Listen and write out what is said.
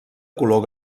color